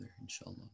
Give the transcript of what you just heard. inshallah